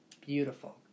beautiful